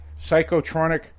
Psychotronic